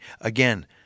Again